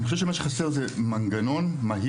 אני חושב שמה שחסר זה מנגנון מהיר,